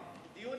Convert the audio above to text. דיון